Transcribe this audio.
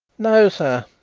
no sir,